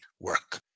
work